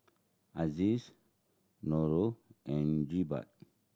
Aziz Noh and Jebat